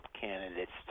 candidates